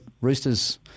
Roosters